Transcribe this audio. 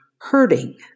hurting